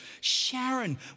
Sharon